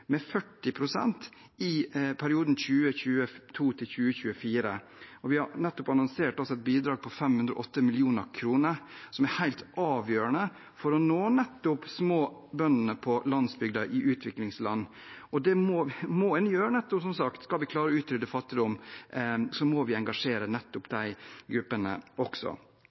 og vi har nettopp annonsert et bidrag på 508 mill. kr, som er helt avgjørende for å nå nettopp småbøndene på landsbygda i utviklingsland. Det må en som sagt gjøre. Skal vi klare å utrydde fattigdom, må vi engasjere nettopp de gruppene også.